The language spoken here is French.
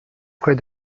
près